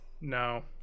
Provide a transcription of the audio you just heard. No